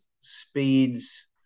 speeds